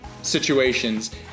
situations